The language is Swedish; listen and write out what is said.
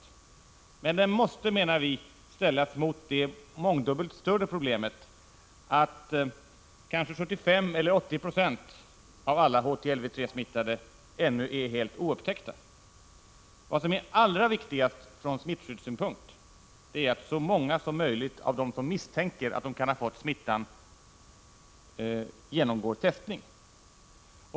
Vi menar emellertid att denna risk måste ställas mot det mångdubbelt större problemet att kanske 75 eller 80 26 av alla HTLV-III-smittade ännu är oupptäckta. Vad som är allra viktigast från smittskyddssynpunkt är att så många som möjligt av dem som misstänker att de har fått smittan genomgår testning.